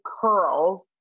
curls